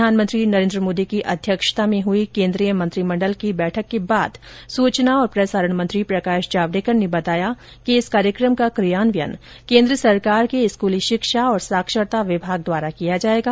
प्रधानमंत्री नरेन्द्र मोदी की अध्यक्षता में हई केन्द्रीय मंत्रिमंडल की बैठक के बाद सूचना और प्रसारण मंत्री प्रकाश जावडेकर ने बताया कि इस कार्यक्रम का कियान्वयन केन्द्र सरकार के स्कूली शिक्षा और साक्षरता विभाग द्वारा किया जाएगा